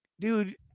dude